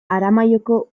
aramaioko